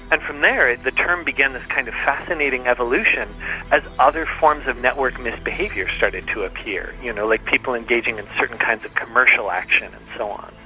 and from there the term began this kind of fascinating evolution as other forms of network misbehaviours started to appear, you know like people engaging in certain kinds of commercial action and so on.